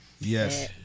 Yes